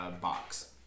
box